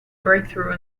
breakthrough